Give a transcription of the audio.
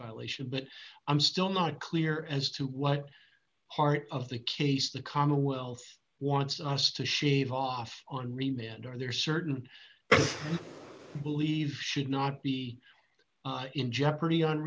violation but i'm still not clear as to what part of the case the commonwealth wants us to shave off on remand are there certain believe should not be in jeopardy